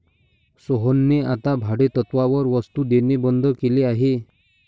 सोहनने आता भाडेतत्त्वावर वस्तु देणे बंद केले आहे